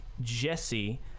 jesse